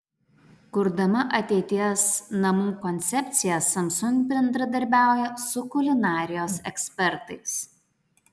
kurdama ateities namų koncepciją samsung bendradarbiauja su kulinarijos ekspertais